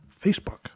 Facebook